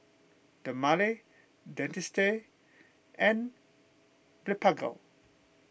Dermale Dentiste and Blephagel